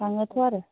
थाङोथ' आरो